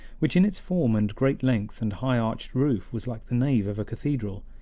which in its form and great length and high arched roof was like the nave of a cathedral.